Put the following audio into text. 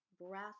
breath